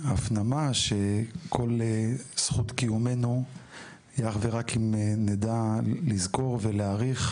והפנמה שכל זכות קיומנו היא אך ורק אם נדע לזכור ולהעריך,